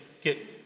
get